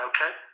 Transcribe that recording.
Okay